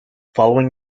following